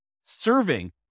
serving